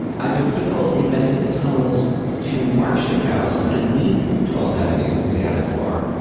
either people invented the tunnels to march the cows underneath twelfth avenue to the abattoir,